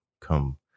come